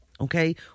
Okay